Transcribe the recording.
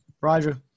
Roger